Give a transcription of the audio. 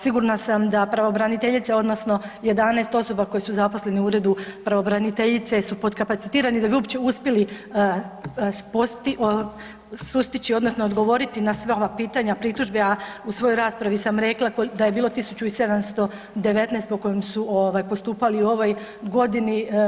Sigurna sam da pravobraniteljica odnosno 11 osoba koje su zaposleni u Uredu pravobraniteljice su potkapacitirani da bi uopće uspjeli sustići odnosno odgovoriti na sva ova pitanja, pritužbe, a u svojoj raspravi sam rekla da je bilo 1719 po kojem su postupali u ovoj godini.